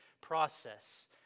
process